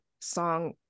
song